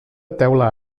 teula